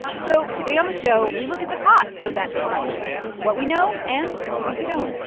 so today on the show, we look at the costs of that dysfunction what we know and what we don't